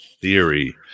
theory